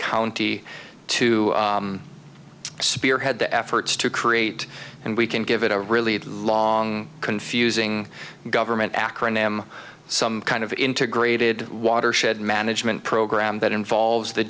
county to spearhead the efforts to create and we can give it a really long confusing government acronym some kind of integrated watershed management program that involves the